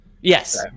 Yes